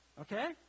okay